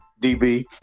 DB